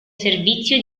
servizio